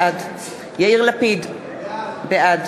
בעד יאיר לפיד, בעד